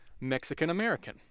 Mexican-American